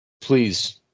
please